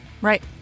Right